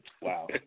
Wow